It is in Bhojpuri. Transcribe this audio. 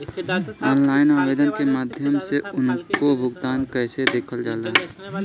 ऑनलाइन आवेदन के माध्यम से उनके भुगतान कैसे देखल जाला?